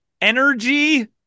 Energy